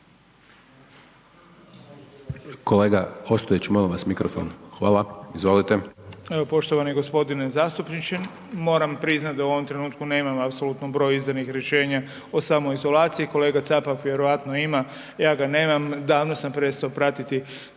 Kolega Ostojić molim vas mikrofon, hvala. Izvolite. **Beroš, Vili (HDZ)** Evo poštovani gospodine zastupniče moram priznati da u ovom trenutku nemam apsolutno broj izdanih rješenja o samoizolaciji, kolega Capak vjerojatno ima, ja ga nemam, davno sam prestao pratiti